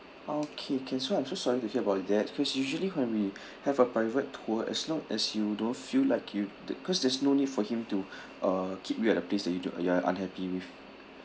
okay can so I'm so sorry to hear about that because usually when we have a private tour as long as you don't feel like you the cause there's no need for him to uh keep you at a place that you don't you are unhappy with